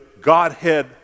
godhead